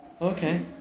Okay